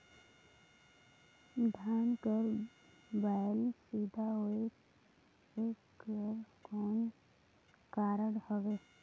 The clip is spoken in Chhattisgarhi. धान कर बायल सीधा होयक कर कौन कारण हवे?